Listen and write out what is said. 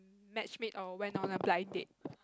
match made or went on a blind date